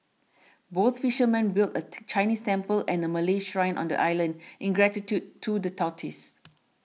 both fishermen built a Chinese temple and a Malay shrine on the island in gratitude to the tortoise